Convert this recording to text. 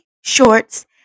shorts